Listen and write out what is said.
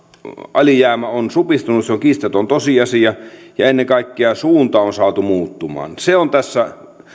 alijäämä on supistunut se on kiistaton tosiasia ja ennen kaikkea suunta on saatu muuttumaan se on tässä